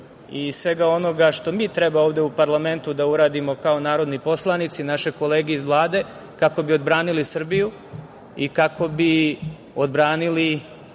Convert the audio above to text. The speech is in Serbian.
i svega onoga što mi treba ovde u parlamentu da uradimo kao narodni poslanici i naše kolege iz Vlade, kako bi odbranili Srbiju i kako bi odbranili